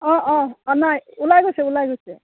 অঁ অঁ অ নাই ওলাই গৈছে ওলাই গৈছে